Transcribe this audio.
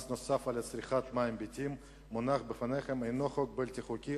נוסף על צריכת מים ביתית המונח בפניכם הוא חוק בלתי חוקי,